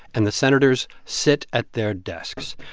and the senators sit at their desks,